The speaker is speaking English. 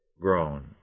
grown